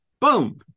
boom